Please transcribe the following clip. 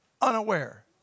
unaware